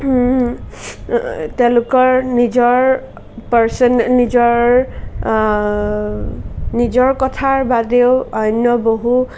তেওঁলোকৰ নিজৰ পাৰ্চনে নিজৰ নিজৰ কথাৰ বাদেও অন্য বহু